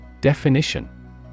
Definition